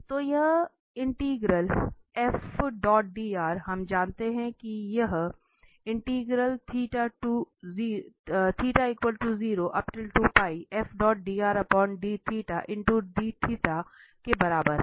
तो यह इंटीग्रल हम जानते हैं कि यह के बराबर है